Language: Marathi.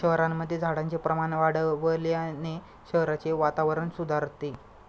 शहरांमध्ये झाडांचे प्रमाण वाढवल्याने शहराचे वातावरण सुधारते